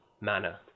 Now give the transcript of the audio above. manner